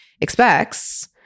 expects